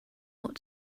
ought